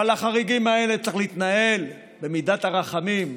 אבל עם החריגים האלה צריך להתנהל במידת הרחמים,